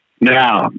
now